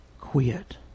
quit